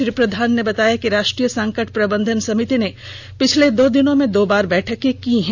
श्री प्रधान ने बताया कि राष्ट्रीय संकट प्रबंधन समिति ने पिछले दो दिनों में दो बार बैठकें की हैं